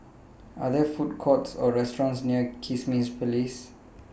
Are There Food Courts Or restaurants near Kismis Place